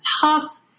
tough